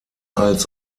als